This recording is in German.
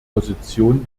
position